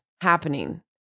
happening